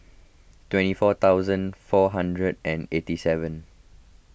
twenty four thousand four hundred and eighty seven